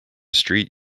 street